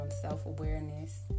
self-awareness